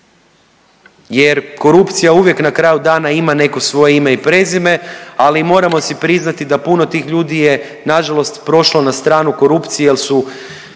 jer korupcija uvijek na kraju dana ima neko svoje ime i prezime, ali moramo si priznati da puno tih ljudi je nažalost prošli na stranu korupcije jer su